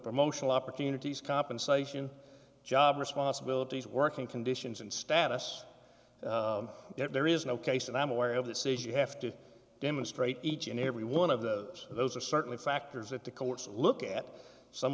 promotional opportunities compensation job responsibilities working conditions and status there is no case that i'm aware of that says you have to demonstrate each and every one of those those are certainly factors that the courts look at some